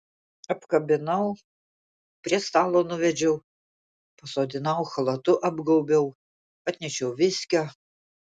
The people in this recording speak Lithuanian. apkabinau prie stalo nuvedžiau pasodinau chalatu apgaubiau atnešiau viskio